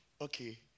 Okay